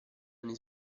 anni